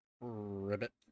Ribbit